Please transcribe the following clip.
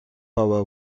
boer